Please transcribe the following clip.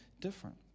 different